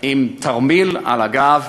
עם תרמיל על הגב,